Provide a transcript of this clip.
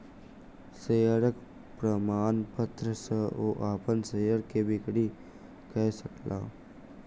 शेयरक प्रमाणपत्र सॅ ओ अपन शेयर के बिक्री कय सकला